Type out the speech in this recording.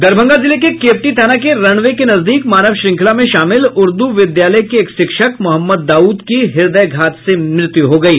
दरभंगा जिले के केवटी थाना के रनवे के नजदीक मानव श्रृंखला में शामिल ऊर्द् विद्यालय के एक शिक्षक मोहम्मद दाऊद की हृदयघात से मृत्यु हो गयी